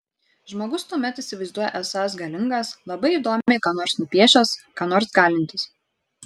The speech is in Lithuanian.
žmogus tuomet įsivaizduoja esąs galingas labai įdomiai ką nors nupiešęs ką nors galintis